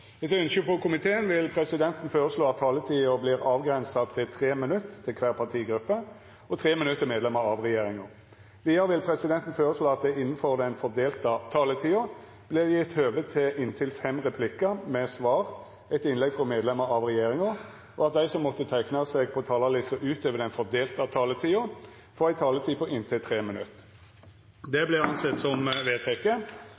Etter ønske frå arbeids- og sosialkomiteen vil presidenten føreslå at taletida vert avgrensa til 3 minutt til kvar partigruppe og 3 minutt til medlemer av regjeringa. Vidare vil presidenten føreslå at det – innanfor den fordelte taletida – vert gjeve høve til fem replikkar med svar etter innlegg frå medlemer av regjeringa, og at dei som måtte teikna seg på talarlista utover den fordelte taletida, får ei taletid på inntil 3 minutt.